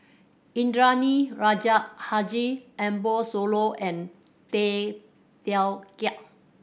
Indranee Rajah Haji Ambo Sooloh and Tay Teow Kiat